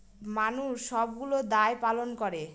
মানুষ সবগুলো দায় পালন করে